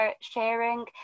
sharing